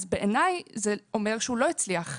אז בעיניי זה אומר שהוא לא הצליח,